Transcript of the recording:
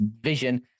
vision